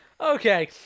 Okay